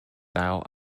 dial